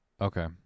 Okay